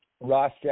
Ross